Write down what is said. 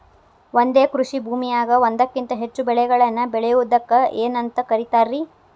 ಒಂದೇ ಕೃಷಿ ಭೂಮಿಯಾಗ ಒಂದಕ್ಕಿಂತ ಹೆಚ್ಚು ಬೆಳೆಗಳನ್ನ ಬೆಳೆಯುವುದಕ್ಕ ಏನಂತ ಕರಿತಾರಿ?